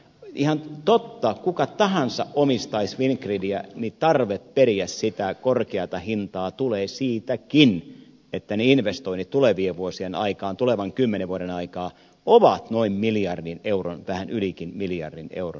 ihan totta kuka tahansa omistaisi fingridiä niin tarve periä sitä korkeata hintaa tulee siitäkin että ne investoinnit tulevien vuosien aikana tulevan kymmenen vuoden aikana ovat noin miljardin euron vähän ylikin miljardin euron suuruisia